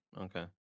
Okay